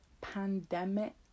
pandemic